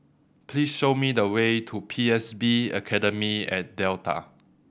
please show me the way to P S B Academy at Delta